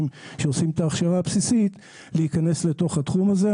שעושים את ההכשרה הבסיסית להיכנס לתוך התחום הזה.